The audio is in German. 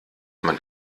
man